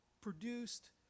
produced